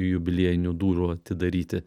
jubiliejinių durų atidaryti